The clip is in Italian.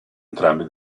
entrambi